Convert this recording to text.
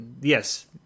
yes